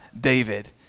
david